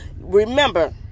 remember